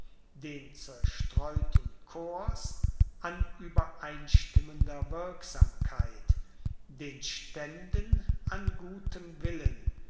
den zerstreuten corps an übereinstimmender wirksamkeit den ständen an gutem willen